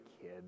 kid